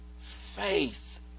faith